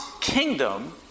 kingdom